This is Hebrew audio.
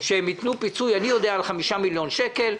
שהם יתנו פיצוי אני יודע על 5 מיליון שקלים.